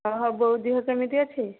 ହଁ ହଉ ବୋଉ ଦେହ କେମିତି ଅଛି